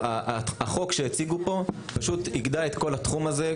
החוק שהציגו פה פשוט יגדע את כל התחום הזה,